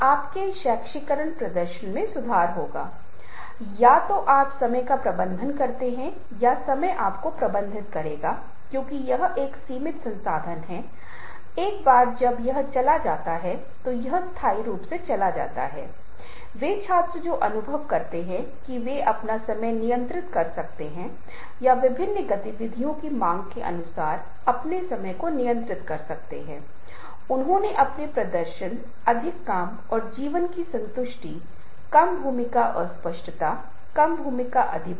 अब ये वे महत्वपूर्ण चीजें हैं जिनकी आपको तब तलाश करनी चाहिए जब आप प्रस्तुति दे रहे हैं क्योंकि यदि आप उन दर्शकों के अभिविन्यास और दृष्टिकोण को जानते हैं तो आप बेहतर प्रस्तुति विकसित करने की स्थिति में हैं क्योंकि आप जानते हैं कि वे क्या पसंद करने जा रहे हैं तो आप जानते हैं वे किस चीज में रुचि रखते हैं आप जानते हैं कि वे किस बारे में बातचीत करने जा रहे हैं और इसलिए आपकी प्रस्तुति अधिक सफल होने वाली है यदि आप इन बातों का ध्यान नहीं रखते हैं तो आपकी प्रस्तुतियां खराब होने वाली हैं